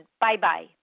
Bye-bye